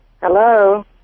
Hello